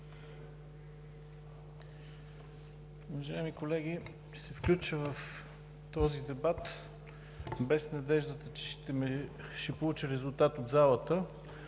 добре.